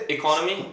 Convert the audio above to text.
economy